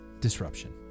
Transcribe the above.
disruption